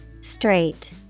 Straight